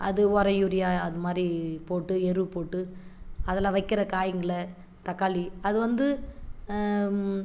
அது உரம் யூரியா அது மாரி போட்டு எருவு போட்டு அதில் வைக்கிற காய்ங்களை தக்காளி அது வந்து